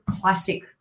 classic